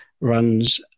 runs